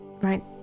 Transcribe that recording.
right